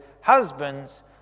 husbands